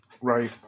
Right